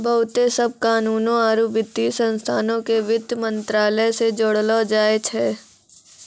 बहुते सभ कानूनो आरु वित्तीय संस्थानो के वित्त मंत्रालय से जोड़लो जाय छै